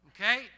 Okay